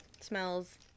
Smells